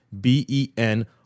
b-e-n